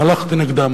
הלכתי נגדה.